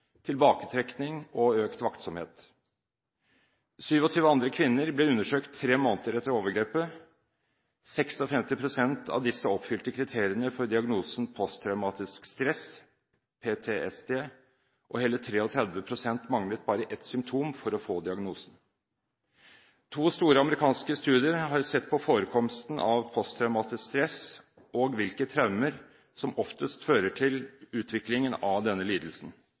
tilbaketrekning og økt vaktsomhet. 27 andre kvinner ble undersøkt tre måneder etter overgrepet. 56 pst. av disse oppfylte kriteriene for diagnosen posttraumatisk stresslidelse – PTSD, og hele 33 pst. manglet bare ett symptom for å få diagnosen. To store amerikanske studier har sett på forekomsten av posttraumatisk stresslidelse og hvilke traumer som oftest fører til utvikling av denne lidelsen.